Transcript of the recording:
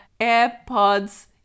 AirPods